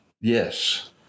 Yes